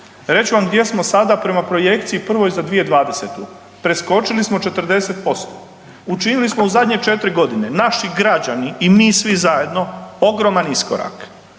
ću vam gdje smo sada prema projekciji prvoj za 2020., preskočili smo 40%. Učinili smo u zadnje 4.g., naši građani i mi svi zajedno ogroman iskorak.